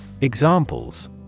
Examples